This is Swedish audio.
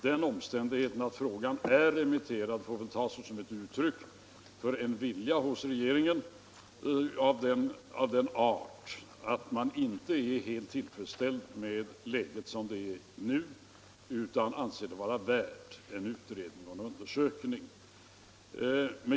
Den omständigheten att frågan är remitterad får väl tas som ett uttryck för en vilja hos regeringen att göra något och att man inte är helt tillfredsställd med läget som det nu är, utan anser det vara värt en utredning och undersökning.